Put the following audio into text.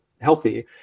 healthy